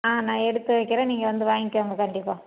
ஆ நான் எடுத்து வைக்கிறேன் நீங்கள் வந்து வாங்கிக்கோங்க கண்டிப்பாக